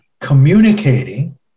communicating